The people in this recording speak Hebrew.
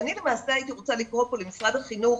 ואני הייתי רוצה לקרוא פה למשרד החינוך